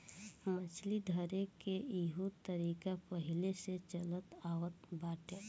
मछली धरेके के इहो तरीका पहिलेही से चलल आवत बाटे